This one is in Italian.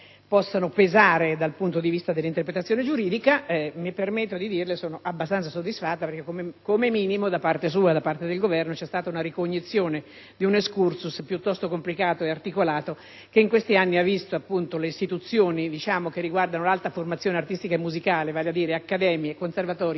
possano pesare dal punto di vista dell'interpretazione giuridica, mi permetto di definirmi abbastanza soddisfatta. Come minimo, da parte sua e del Governo vi è stata la ricognizione di un *excursus* piuttosto complicato e articolato, che in questi anni ha visto le istituzioni che riguardano l'alta formazione artistica e musicale, vale a dire accademie, conservatori